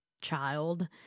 child